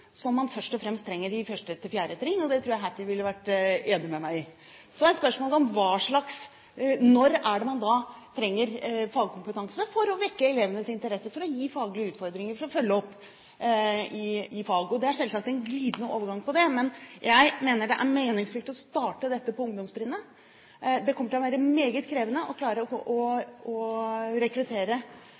spørsmålet om når man trenger fagkompetanse for å vekke elevenes interesse, for å gi faglige utfordringer, for å følge opp i fag. Det er selvsagt en glidende overgang her, men jeg mener det er meningsfylt å starte dette på ungdomstrinnet. Det kommer til å være meget krevende å klare å rekruttere det antall lærere med formell kompetanse som vi nå beskriver i denne høringsuttalelsen, og det må være den riktige veien å